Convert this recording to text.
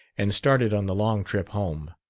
and started on the long trip home.